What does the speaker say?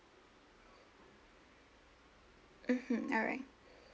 mmhmm alright